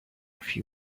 few